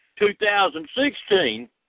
2016